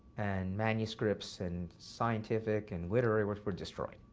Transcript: and manuscripts and scientific and literary works were destroyed.